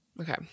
Okay